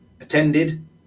attended